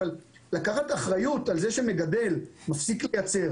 אבל לקחת אחריות על זה שמגדל מפסיק לייצר